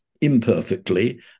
imperfectly